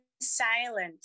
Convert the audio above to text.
silent